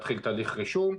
כדי להתחיל תהליכי רישום.